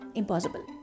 impossible